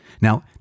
Now